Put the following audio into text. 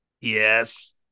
Yes